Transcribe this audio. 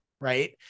right